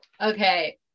okay